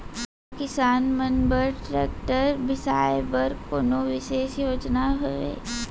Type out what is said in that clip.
का किसान मन बर ट्रैक्टर बिसाय बर कोनो बिशेष योजना हवे?